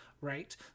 Right